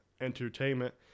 entertainment